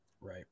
right